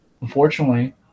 Unfortunately